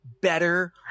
better